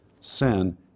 sin